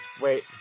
Wait